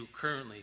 currently